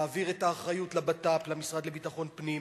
להעביר את האחריות למשרד לביטחון פנים,